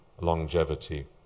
longevity